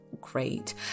great